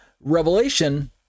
revelation